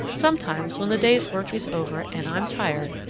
sometimes when the day's work is over, and i'm tired,